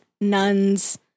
nuns